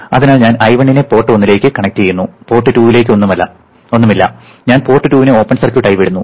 അതിനാൽ ഞാൻ I1 നെ പോർട്ട് 1 ലേക്ക് കണക്ട് ചെയ്യുന്നു പോർട്ട് 2 ലേക്ക് ഒന്നുമില്ല ഞാൻ പോർട്ട് 2 നെ ഓപ്പൺ സർക്യൂട്ട് ആയി വിടുന്നു